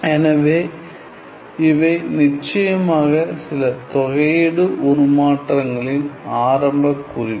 எனவே இவை நிச்சயமாக சில தொகை உருமாற்றங்களின் ஆரம்ப குறிப்பு